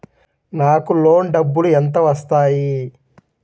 నాకు లోన్ డబ్బులు ఎంత వస్తాయి?